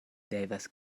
devas